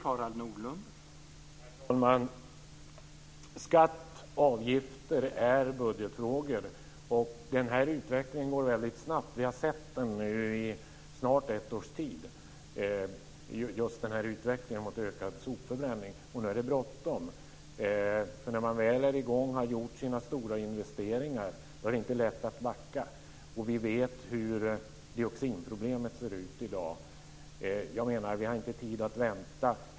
Herr talman! Skatter och avgifter är budgetfrågor, och den här utvecklingen går väldigt snabbt. Vi har nu i snart ett års tid sett en utveckling mot utökad sopförbränning, och nu är det bråttom. När man väl har kommit i gång med stora investeringar är det inte lätt att backa. Vi vet hur dioxinproblemet ser ut i dag, och jag menar att vi inte har tid att vänta.